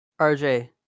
RJ